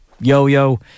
yo-yo